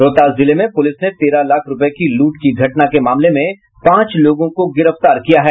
रोहतास जिले में पुलिस ने तेरह लाख रूपये की लूट की घटना के मामले में पांच लोगों को गिरफ्तार किया है